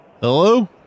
Hello